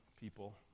people